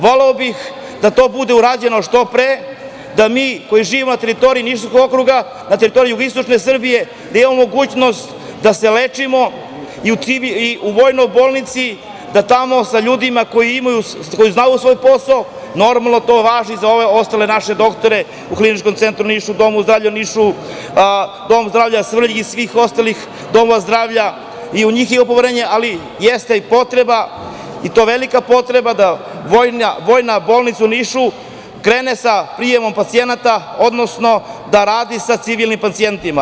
Voleo bih da to bude urađeno što pre da mi koji živimo na teritoriji Nišavskog okruga, na teritoriji jugoistočne Srbije da imamo mogućnost da se lečimo i u Vojnoj bolnici, da tamo sa ljudima koji znaju svoj posao, normalno to važi i za ove ostale naše doktore u Kliničkom centru u Nišu u Domu zdravlja u Nišu, Dom zdravlja Svrljig i svih ostalih domova zdravlja i u njih imamo poverenja, ali jeste i potreba i to velika potreba da Vojna bolnica u Nišu krene sa prijemom pacijenata, odnosno da radi sa civilnim pacijentima.